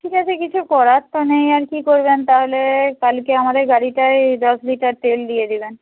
ঠিক আছে কিছু করার তো নেই আর কী করবেন তাহলে কালকে আমাদের গাড়িটায় দশ লিটার তেল দিয়ে দেবেন